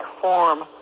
form